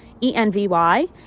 E-N-V-Y